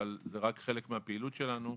אבל זה רק חלק מהפעילות שלנו.